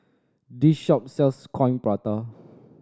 this shop sells Coin Prata